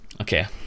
okay